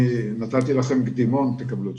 נתתי לכם קדימון, אתם תקבלו תשובה.